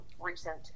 recent